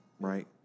right